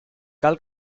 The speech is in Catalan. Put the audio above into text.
cal